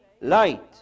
light